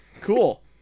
Cool